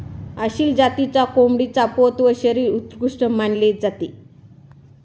आसिल जातीच्या कोंबडीचा पोत व शरीर उत्कृष्ट मानले जाते